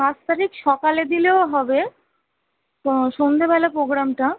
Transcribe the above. পাঁচ তারিখ সকালে দিলেও হবে তো সন্ধেবেলা প্রোগ্রামটা